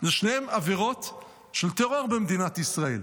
שניהם עבירות של טרור במדינת ישראל.